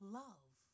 love